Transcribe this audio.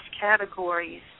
categories